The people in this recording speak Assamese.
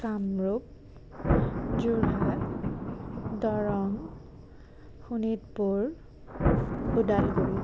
কামৰূপ যোৰহাট দৰং শোণিতপুৰ ওদালগুৰি